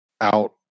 out